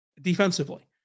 defensively